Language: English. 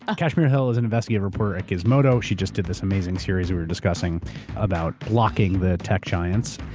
ah kashmir hill is an investigative reporter at gizmodo. she just did this amazing series we were discussing about blocking the tech giants.